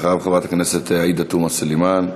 אחריו, חברת הכנסת עאידה תומא סלימאן,